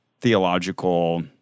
theological